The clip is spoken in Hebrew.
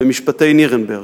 במשפטי נירנברג: